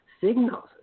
signals